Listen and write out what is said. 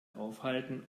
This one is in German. aufhalten